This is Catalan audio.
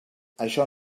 això